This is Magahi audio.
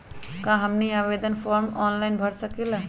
क्या हमनी आवेदन फॉर्म ऑनलाइन भर सकेला?